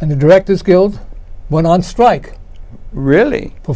and the directors guild went on strike really for